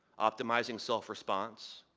optimize ing self response,